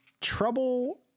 trouble